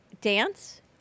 dance